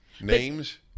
Names